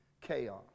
chaos